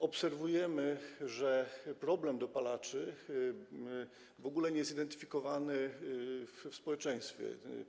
Obserwujemy, że problem dopalaczy jest w ogóle niezidentyfikowany w społeczeństwie.